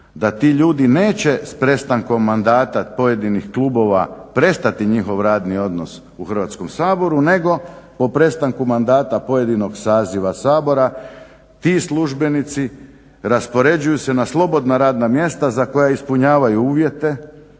da ti ljudi neće s prestankom mandata pojedinih klubova prestati njihov radni odnos u Hrvatskom saboru nego po prestanku mandata pojedinog saziva Sabora ti službenici raspoređuju se na slobodna radna mjesta za koja ispunjavaju uvjete.